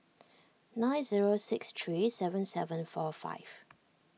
nine zero six three seven seven four five